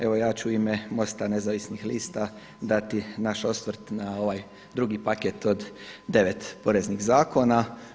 Evo ja ću u ime MOST-a Nezavisnih lista dati naš osvrt na ovaj drugi paket od devet poreznih zakona.